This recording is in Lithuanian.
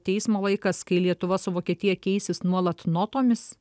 teismo laikas kai lietuva su vokietija keisis nuolat notomis